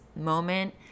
moment